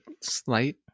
slight